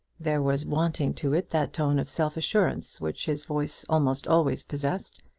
there was wanting to it that tone of self-assurance which his voice almost always possessed,